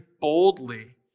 boldly